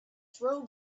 throw